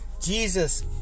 Jesus